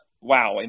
wow